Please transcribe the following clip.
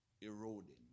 eroding